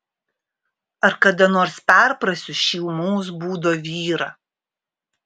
ar kada nors perprasiu šį ūmaus būdo vyrą